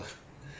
but